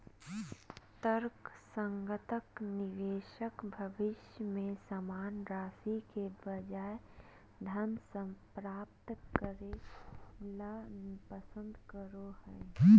तर्कसंगत निवेशक भविष्य में समान राशि के बजाय धन प्राप्त करे ल पसंद करो हइ